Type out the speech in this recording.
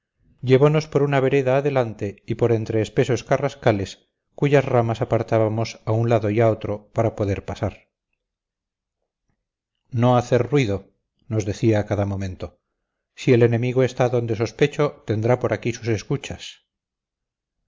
llevonos por una vereda adelante y por entre espesos carrascales cuyas ramas apartábamos a un lado y a otro para poder pasar no hacer ruido nos decía a cada momento si el enemigo está donde sospecho tendrá por aquí sus escuchas